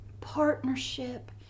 partnership